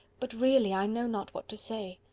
but, really, i know not what to say.